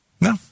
No